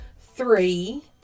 three